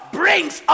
brings